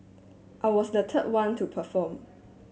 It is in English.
I was the third one to perform